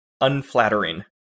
unflattering